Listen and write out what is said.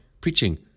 preaching